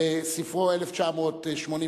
שספרו "1984"